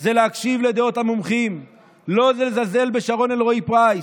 זה להקשיב לדעות המומחים ולא לזלזל בשרון אלרעי פרייס,